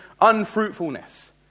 unfruitfulness